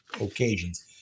occasions